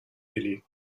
willi